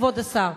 כבוד השר,